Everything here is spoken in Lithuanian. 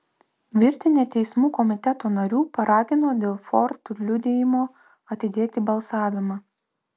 virtinė teismų komiteto narių paragino dėl ford liudijimo atidėti balsavimą